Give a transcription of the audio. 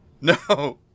no